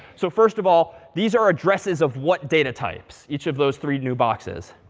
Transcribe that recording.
so first of all, these are addresses of what data types? each of those three new boxes.